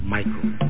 Michael